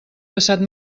passat